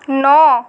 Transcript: ନଅ